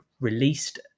released